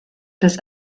dass